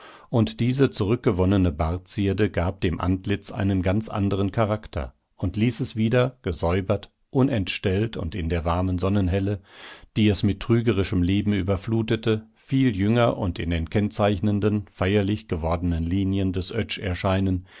und diese zurückgewonnene bartzierde gab dem antlitz einen ganz anderen charakter und ließ es wieder gesäubert unentstellt und in der warmen sonnenhelle die es mit trügerischem leben überflutete viel jünger und in den kennzeichnenden feierlich gewordenen linien des oetsch erscheinen